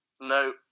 No